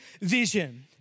vision